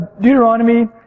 Deuteronomy